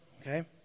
okay